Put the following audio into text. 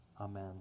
Amen